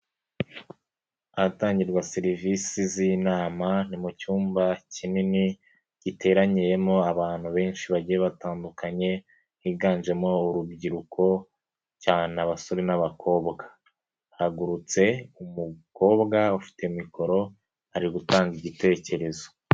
Ahatangirwa serivisi z'inama, ni mu cyumba kinini giteraniyemo abantu benshi bagiye batandukanye, higanjemo urubyiruko cyane abasore n'abakobwa. Hahagurutse umukobwa ufite mikoro, ari gutanga igitekerezo.